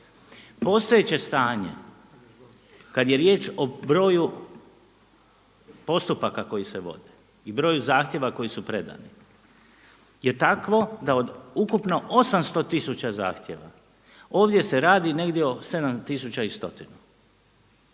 Postojeće stanje kada je riječ o broju postupaka koji se vode i broju zahtjeva koji su predani je takvo da od ukupno 800 tisuća zahtjeva ovdje se radi negdje oko